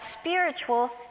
spiritual